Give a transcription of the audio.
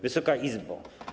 Wysoka Izbo!